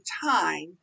time